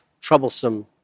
troublesome